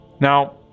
Now